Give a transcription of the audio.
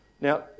Now